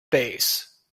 face